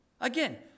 Again